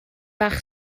bach